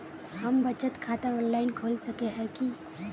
हम बचत खाता ऑनलाइन खोल सके है की?